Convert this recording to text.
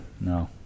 no